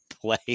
play